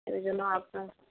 ওই জন্য আপনার